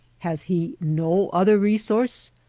has he no other resource?